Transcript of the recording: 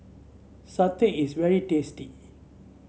satay is very tasty